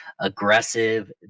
aggressive